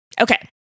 Okay